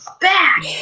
back